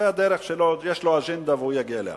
זה הדרך שלו, יש לו אג'נדה והוא יגיע אליה.